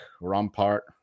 Rampart